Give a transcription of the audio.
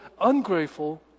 ungrateful